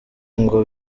ngo